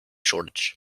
shortage